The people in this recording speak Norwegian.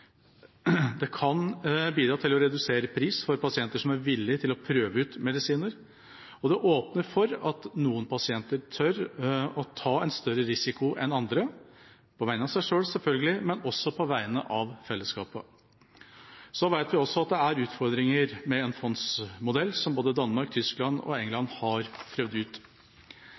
Det kan bidra til å redusere pris for pasienter som er villige til å prøve ut medisiner, og det åpner for at noen pasienter tør å ta en større risiko enn andre – på vegne av seg selv, selvfølgelig, men også på vegne av fellesskapet. Så vet vi også at det er utfordringer med en fondsmodell som både Danmark, Tyskland og England har prøvd ut.